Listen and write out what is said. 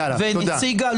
יאללה, תודה.